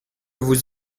vous